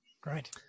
Great